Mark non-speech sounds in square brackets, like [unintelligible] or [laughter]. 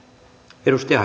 arvoisa [unintelligible]